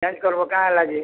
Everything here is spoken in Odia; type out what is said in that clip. ଚେଞ୍ଜ କର୍ବ କା'ଣା ହେଲା ଯେ